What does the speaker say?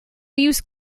use